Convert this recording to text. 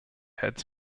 heads